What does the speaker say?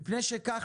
מפני שכך,